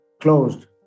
closed